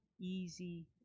easy